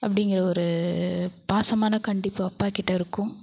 அப்படிங்கிற ஒரு பாசமான கண்டிப்பு அப்பாக்கிட்ட இருக்கும்